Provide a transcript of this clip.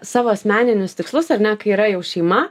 savo asmeninius tikslus ar ne kai yra jau šeima